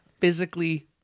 physically